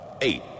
eight